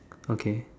okay